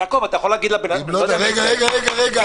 --- יעקב, אתה יכול להגיד --- רגע, רגע.